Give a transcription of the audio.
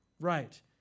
Right